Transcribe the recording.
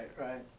right